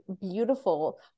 beautiful